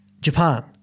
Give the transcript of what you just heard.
Japan